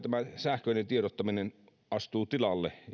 sähköinen tiedottaminen astuu tilalle